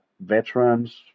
veterans